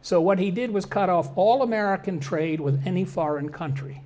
so what he did was cut off all american trade with any foreign country